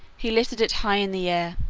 he lifted it high in the air,